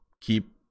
keep